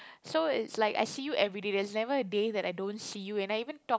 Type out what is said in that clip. so it's like I see you everyday there's never a day that I don't see you and I even talk